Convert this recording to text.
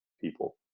People